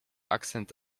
akcent